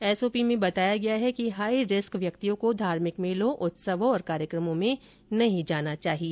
SOP में बताया गया है कि हाई रिस्क व्यक्तियों को धार्मिक मेलों उत्सवों और कार्यक्रमों में नहीं जाना चाहिए